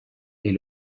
est